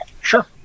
Sure